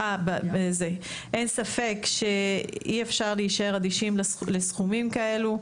אין ספק שאי אפשר להישאר אדישים לסכומים כאלו.